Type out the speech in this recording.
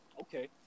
Okay